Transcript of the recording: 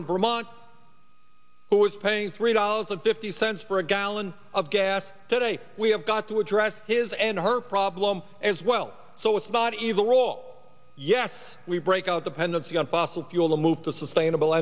in vermont who is paying three dollars and fifty cents for a gallon of gas today we have got to address his and her problem as well so it's not evil all yet we break out the pendency on fossil fuel to move to sustainable